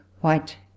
white